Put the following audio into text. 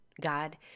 God